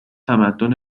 تمدن